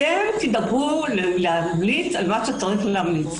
אתם תדאגו להמליץ על מה שצריך להמליץ,